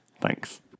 Thanks